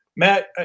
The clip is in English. Matt